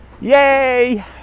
Yay